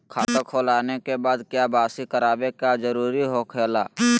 खाता खोल आने के बाद क्या बासी करावे का जरूरी हो खेला?